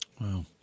Wow